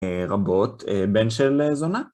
רבות, בן של זונה.